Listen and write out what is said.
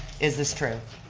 is this true?